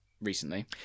recently